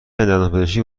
دندانپزشکی